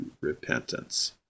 repentance